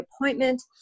appointment